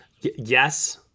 yes